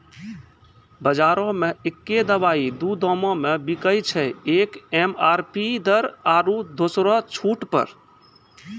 बजारो मे एक्कै दवाइ दू दामो मे बिकैय छै, एक एम.आर.पी दर आरु दोसरो छूट पर